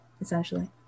essentially